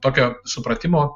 tokio supratimo